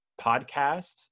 podcast